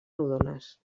rodones